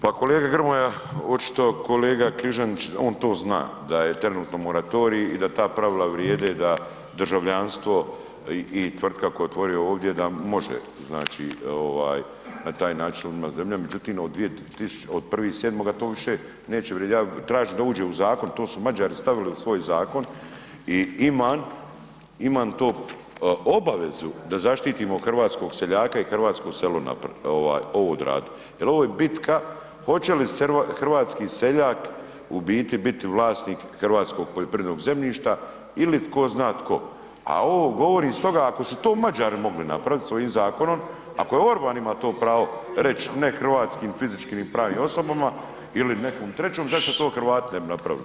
Pa kolega Grmoja, očito kolega Križanić on to zna da je trenutno moratorij i da ta pravila vrijede da državljanstvo i tvrtka koju je otvorio ovdje da može, znači ovaj na taj način ... međutim od 01.07. to više neće vrijedit, ja tražim da uđe u Zakon, to su Mađari stavili u svoj Zakon, i iman, iman to obavezu da zaštitimo hrvatskog seljaka i hrvatsko selo, ovo odradit, jer ovo je bitka hoće li hrvatski seljak u biti biti vlasnik hrvatskog poljoprivrednog zemljišta ili tko zna tko, a ovo govorim stoga ako su to Mađari mogli napraviti svojim Zakonom, ako je Orban ima to pravo reći ne hrvatskim fizičkim i pravnim osobama ili nekom trećem, zašto to Hrvati ne bi napravili.